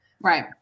Right